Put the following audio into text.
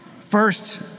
first